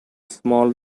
small